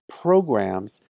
programs